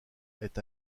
est